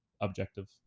objective